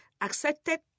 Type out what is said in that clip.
accepted